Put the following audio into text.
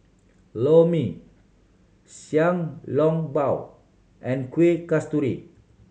Lor Mee Xiao Long Bao and Kuih Kasturi